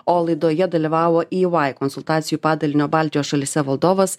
o laidoje dalyvavo y vai konsultacijų padalinio baltijos šalyse valdovas